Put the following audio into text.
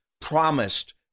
promised